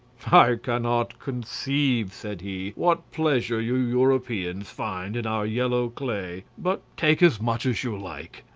i cannot conceive, said he, what pleasure you europeans find in our yellow clay, but take as much as you like,